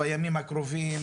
'בימים הקרובים',